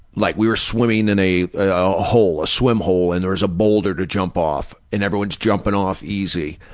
like we were swimming in a ah hole, a swim hole and there was a boulder to jump off and everyone's jumping off easy,